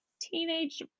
teenage